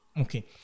okay